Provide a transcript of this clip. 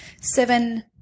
Seven